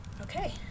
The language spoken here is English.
Okay